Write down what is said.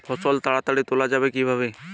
ফসল তাড়াতাড়ি তোলা যাবে কিভাবে?